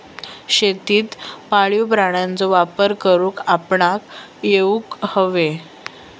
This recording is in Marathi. शेतीत पाळीव प्राण्यांचो वापर करुक आपणाक येउक हवो